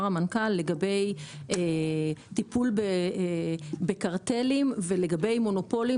המנכ"ל לגבי טיפול בקרטלים ולגבי מונופולים.